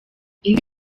indi